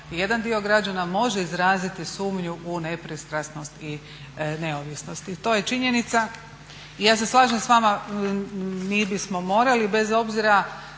jedan dio građana može izraziti sumnju u nepristranost i neovisnost. I to je činjenica i ja se slažem s vama, mi bismo morali bez obzira